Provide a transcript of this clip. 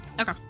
Okay